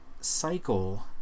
cycle